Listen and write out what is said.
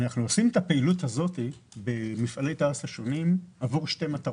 אנחנו עושים את הפעילות הזאת במפעלי תע"ש השונים עבור שתי מטרות.